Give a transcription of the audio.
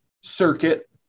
circuit